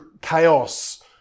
chaos